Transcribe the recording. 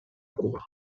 cuba